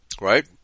right